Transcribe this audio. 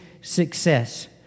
success